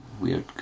weird